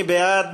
מי בעד?